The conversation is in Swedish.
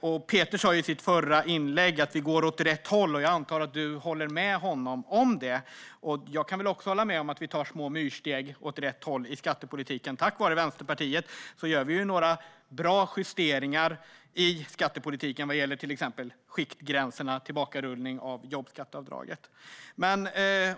Peter Persson sa i sitt förra inlägg att vi går åt rätt håll, och jag antar att Rasmus Ling håller med honom om det. Jag kan väl också hålla med om att vi tar små myrsteg åt rätt håll i skattepolitiken; tack vare Vänsterpartiet gör vi ju några bra justeringar i skattepolitiken vad gäller till exempel skiktgränserna och tillbakarullning av jobbskatteavdraget.